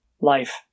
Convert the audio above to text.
Life